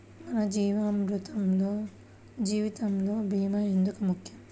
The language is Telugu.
మన జీవితములో భీమా ఎందుకు ముఖ్యం?